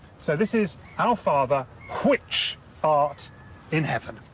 so this is, our father hwich art in heaven.